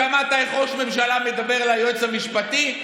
שמעת איך ראש הממשלה מדבר על היועץ המשפטי?